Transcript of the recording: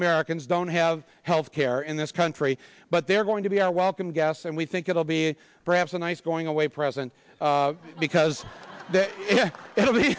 americans don't have health care in this country but they're going to be are welcome gas and we think it will be perhaps a nice going away present because it will be